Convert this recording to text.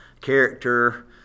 character